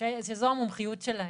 שזו המומחיות שלהם.